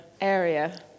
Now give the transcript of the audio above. area